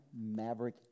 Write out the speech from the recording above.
maverick